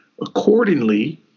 accordingly